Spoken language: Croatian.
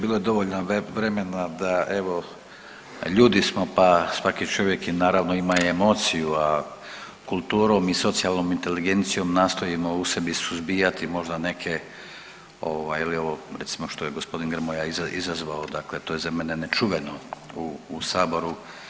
Bilo je dovoljno vremena da evo ljudi smo, pa svaki čovjek i naravno ima i emociju, a kulturom i socijalnom inteligencijom nastojimo u sebi suzbijati možda neke ovaj ili ovo recimo što je g. Grmoja izazvao dakle to je za mene nečuveno u saboru.